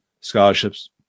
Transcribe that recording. scholarships